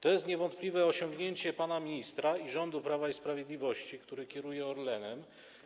To jest niewątpliwe osiągnięcie pana ministra i rządu Prawa i Sprawiedliwości, który kieruje Orlenem.